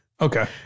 Okay